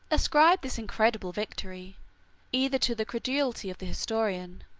ascribe this incredible victory either to the credulity of the historian,